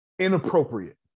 inappropriate